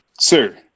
sir